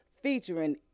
featuring